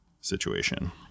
situation